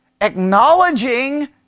acknowledging